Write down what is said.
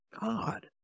God